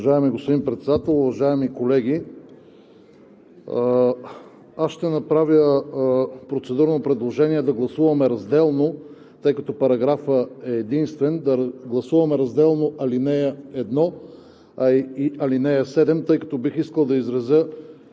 Уважаеми господин Председател, уважаеми колеги! Аз ще направя процедурно предложение да гласуваме разделно. Тъй като параграфът е единствен, да гласуваме разделно ал. 1 и ал. 7, тъй като бих искал да изразя